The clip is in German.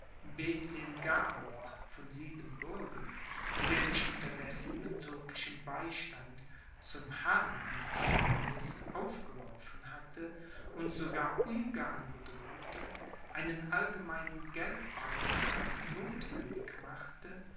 von siebenbürgen der sich unterdessen mit türkischem beistand zum herrn dieses landes aufgeworfen hatte und sogar ungarn bedrohte einen allgemeinen geldbeitrag nothwendig machte